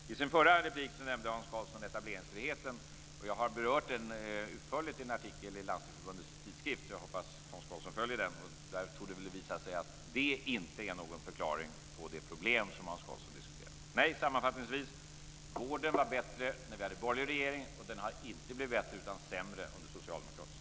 I sin förra replik nämnde Hans Karlsson etableringsfriheten. Jag har berört den utförligt i en artikel i Landstingsförbundets tidskrift. Jag hoppas att Hans Karlsson följer den. Där torde det visa sig att den inte är någon förklaring till det problem som Hans Karlsson diskuterar. Sammanfattningsvis: Vården var bättre när vi hade en borgerlig regering. Den har inte blivit bättre utan sämre under en socialdemokratisk.